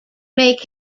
make